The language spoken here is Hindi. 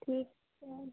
ठीक है